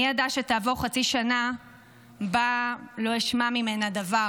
מי ידע שתעבור חצי שנה שבה לא אשמע ממנה דבר?